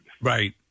Right